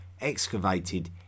excavated